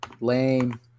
lame